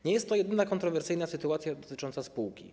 Nie jest to jedyna kontrowersyjna sytuacja dotycząca spółki.